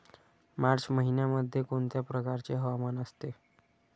मार्च महिन्यामध्ये कोणत्या प्रकारचे हवामान असते?